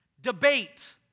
debate